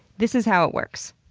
this is how it works.